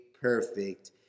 perfect